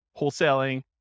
wholesaling